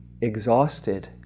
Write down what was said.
exhausted